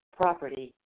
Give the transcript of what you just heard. property